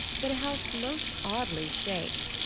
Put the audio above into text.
but a house most oddly shaped.